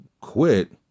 quit